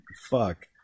fuck